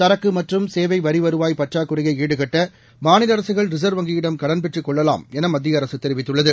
சரக்கு மற்றும் சேவை வரி வருவாய் பற்றாக்குறையை ஈடுகட்ட மாநில அரசுகள் ரிசர்வ் வங்கியிடம் கடன் பெற்றுக் கொள்ளலாம் என மத்திய அரசு தெரிவித்துள்ளது